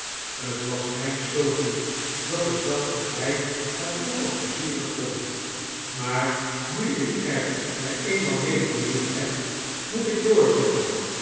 ct was mijn schuld niet dat ik dacht dat hy het nogal pleizierig vond maar nu ikermy eenmaal mede bemoeid heb moet ik doorzetten